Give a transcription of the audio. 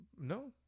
No